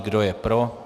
Kdo je pro?